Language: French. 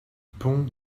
pont